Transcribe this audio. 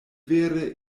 vere